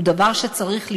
הוא דבר שצריך לשמור,